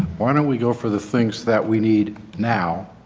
why don't we go for the things that we need now